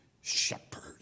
shepherd